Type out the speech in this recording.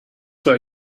what